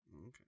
Okay